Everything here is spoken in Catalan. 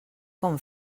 com